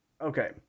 Okay